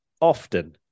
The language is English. often